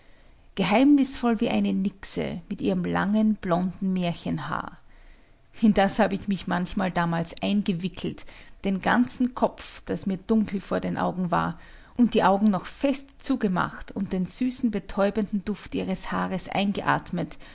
geheimnisvoll wie eine nixe mit ihrem langen blonden märchenhaar in das habe ich mich manchmal damals eingewickelt den ganzen kopf daß mir dunkel vor den augen war und die augen noch fest zugemacht und den süßen betäubenden duft ihres haares eingeatmet